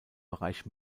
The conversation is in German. bereich